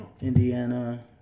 Indiana